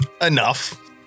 Enough